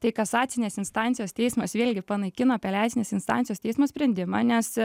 tai kasacinės instancijos teismas vėlgi panaikino apeliacinės instancijos teismo sprendimą nes